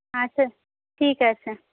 আচ্ছা ঠিক আছে